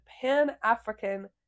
Pan-African